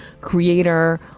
creator